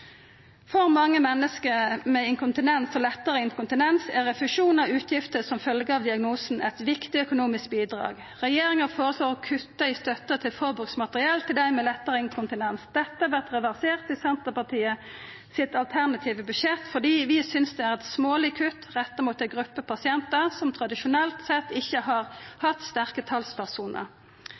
For mange menneske med inkontinens og lettare inkontinens er refusjon av utgifter som følgjer av diagnosen, eit viktig økonomisk bidrag. Regjeringa føreslår å kutta i støtta til forbruksmateriell til dei med lettare inkontinens. Dette vert reversert i Senterpartiets alternative budsjett fordi vi synest det er eit småleg kutt retta mot ei gruppe pasientar som tradisjonelt sett ikkje har hatt sterke talspersonar.